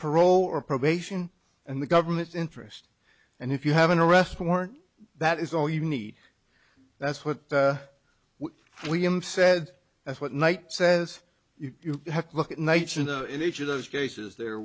parole or probation and the government's interest and if you have an arrest warrant that is all you need that's what we said that's what knight says you have to look at night chyna in each of those cases there